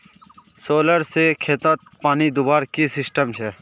Solar से खेतोत पानी दुबार की सिस्टम छे?